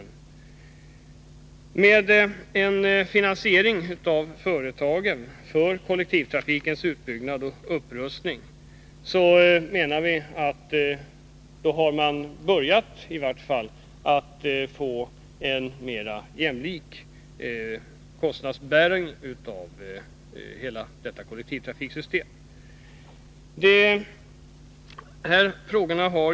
Om företagen blir direkt delaktiga i finansieringen av kollektivtrafikens utbyggnad och upprustning, menar vi att man i varje fall har börjat att få en mer jämlik kostnadsbäring av hela kollektivtrafiksystemet.